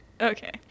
Okay